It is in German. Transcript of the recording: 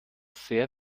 sehr